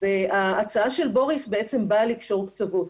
ההצעה של בוריס באה לקשור קצוות.